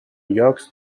llocs